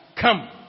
come